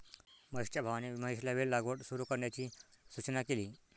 महेशच्या भावाने महेशला वेल लागवड सुरू करण्याची सूचना केली